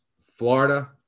Florida